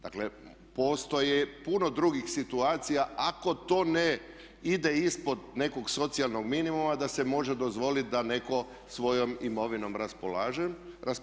Dakle, postoji puno drugih situacija ako to ne ide ispod nekog socijalnog minimuma da se može dozvoliti da netko svojom imovinom raspolaže.